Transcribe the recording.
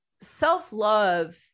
self-love